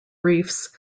reefs